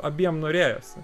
abiem norėjosi